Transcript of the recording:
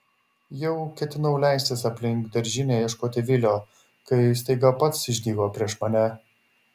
jau ketinau leistis aplink daržinę ieškoti vilio kai staiga pats išdygo prieš mane